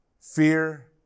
Fear